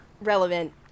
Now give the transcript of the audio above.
relevant